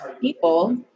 people